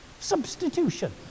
substitution